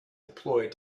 deployed